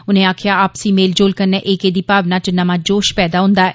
उनें आक्खेआ आपसी मेलजोल कन्नै एकेऽ दी भावना च नमां जोश पैदा होन्दा ऐ